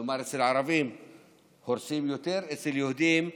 כלומר אצל הערבים הורסים יותר, אצל יהודים הורסים,